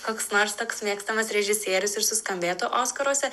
koks nors toks mėgstamas režisierius ir suskambėtų oskaruose